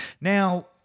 Now